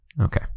okay